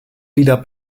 wieder